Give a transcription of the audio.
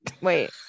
Wait